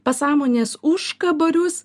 pasąmonės užkabarius